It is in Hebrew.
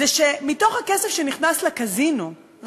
זה שמתוך הכסף שנכנס לקזינו,